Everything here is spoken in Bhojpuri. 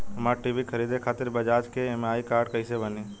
हमरा टी.वी खरीदे खातिर बज़ाज़ के ई.एम.आई कार्ड कईसे बनी?